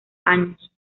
años